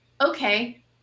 okay